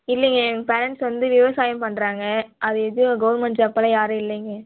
இல்லைங்க ஏன் பேரெண்ட்ஸ் வந்து விவசாயம் பண்ணுறாங்க அது எதுவும் கவர்மெண்ட் ஜாப்பெல்லாம் யாரும் இல்லைங்க